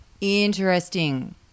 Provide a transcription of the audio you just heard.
Interesting